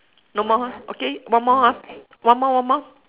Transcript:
no more ah okay one more ah one more one more